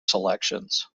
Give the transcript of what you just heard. selections